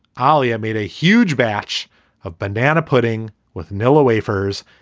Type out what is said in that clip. ali, i made a huge batch of banana pudding with nilla wafers,